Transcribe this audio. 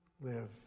Live